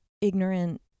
ignorant